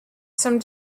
some